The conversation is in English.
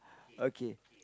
okay